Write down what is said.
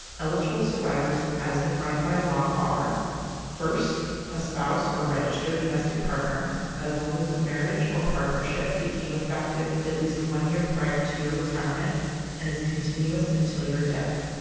eligible survivors as defined by law are first, a spouse or registered domestic partner as long as the marriage or partnership became effective at least one year prior to your retirement and is continuous until your death.